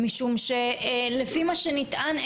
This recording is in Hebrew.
משום שלפי מה שנטען,